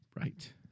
Right